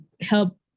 help